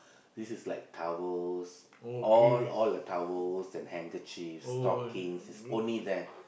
this is like towels all all the towels and handkerchiefs stockings it's only there